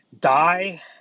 die